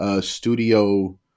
studio